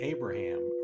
Abraham